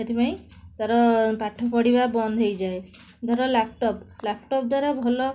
ସେଥିପାଇଁ ତା'ର ପାଠପଢ଼ିବା ବନ୍ଦ ହେଇଯାଏ ଧର ଲ୍ୟାପଟପ୍ ଲ୍ୟାପଟପ୍ ଦ୍ୱାରା ଭଲ